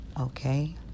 okay